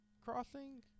Crossing